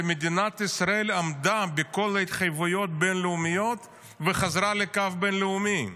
שמדינת ישראל עמדה בכל ההתחייבויות הבין-לאומיות וחזרה לקו הבין-לאומי.